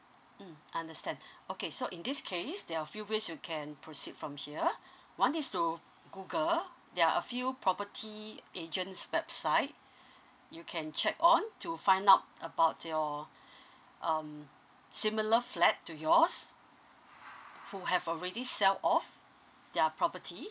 mm understand okay so in this case there are a few ways you can proceed from here luh one is so google there are a few property agents website you can check on to find out about your um similar flap to yours luh who have already sell all of their property